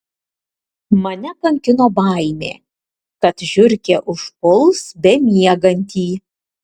mane kankino baimė kad žiurkė užpuls bemiegantį